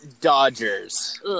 Dodgers